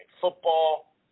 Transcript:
Football